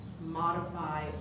modify